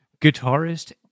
guitarist